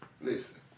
listen